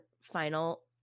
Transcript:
final